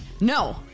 No